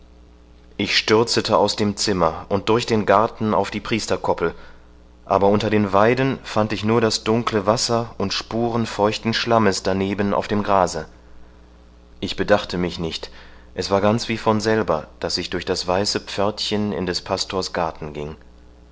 ich stürzete aus dem zimmer und durch den garten auf die priesterkoppel aber unter den weiden fand ich nur das dunkle wasser und spuren feuchten schlammes daneben auf dem grase ich bedachte mich nicht es war ganz wie von selber daß ich durch das weiße pförtchen in des pastors garten ging